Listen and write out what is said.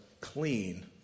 clean